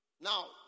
Now